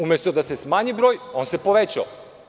Umesto da se smanji broj, on se povećao.